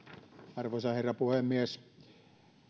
arvoisa herra puhemies